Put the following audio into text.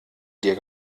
dir